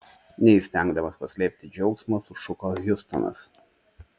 neįstengdamas paslėpti džiaugsmo sušuko hiustonas